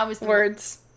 Words